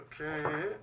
Okay